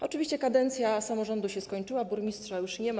Oczywiście kadencja samorządu się skończyła, burmistrza już nie ma.